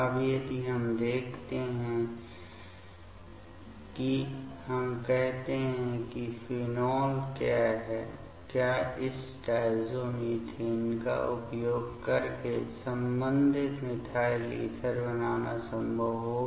अब यदि हम देखते हैं कि हम कहते हैं कि फिनोल क्या इस डायज़ोमीथेन का उपयोग करके संबंधित मिथाइल ईथर बनाना संभव होगा